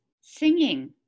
singing